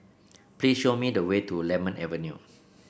please show me the way to Lemon Avenue